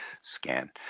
scan